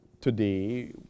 today